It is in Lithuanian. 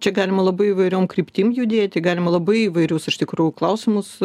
čia galima labai įvairiom kryptim judėti galima labai įvairius iš tikrųjų klausimus